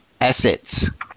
assets